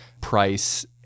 price